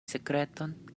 sekreton